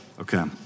Okay